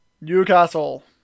Newcastle